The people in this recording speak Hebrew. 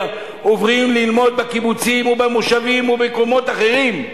עוברים ללמוד בקיבוצים ובמושבים ובמקומות אחרים.